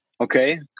Okay